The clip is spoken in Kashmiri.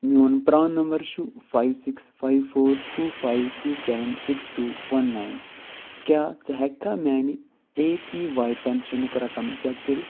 میوٗن پرٛون نمبر چھُ five six five four two five two seven six two one nine کیٛاہ ژٕ ہیٚکہٕ کھا میانہِ اے پی وائی پینٛشنُک رقم چیٚک کٔرتھ